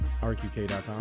RQK.com